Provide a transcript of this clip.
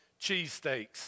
cheesesteaks